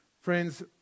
Friends